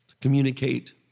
communicate